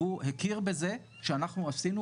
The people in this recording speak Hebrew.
המצב הזה הגיע למצב שבו בשנתיים הראשונות להקמתו